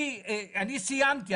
אני סיימתי,